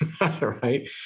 right